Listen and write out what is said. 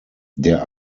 der